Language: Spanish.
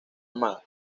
armadas